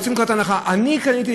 יוצאים מנקודת הנחה שאני קניתי,